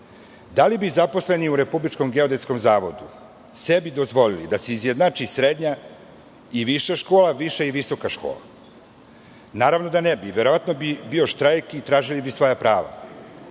Da li bi zaposleni u RGZ sebi dozvolili da se izjednači srednja i viša škola, viša i visoka škola? Naravno da ne bi. Verovatno bi bio štrajk i tražili bi svoja